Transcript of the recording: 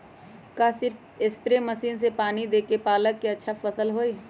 का सिर्फ spray machine से पानी देके पालक के अच्छा फसल होई?